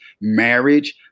marriage